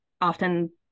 often